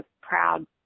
proud